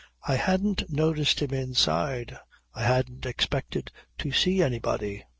i hadn't noticed him inside. i hadn't expected to see anybody.